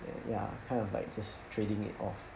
and ya kind of like just trading it off